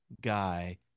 guy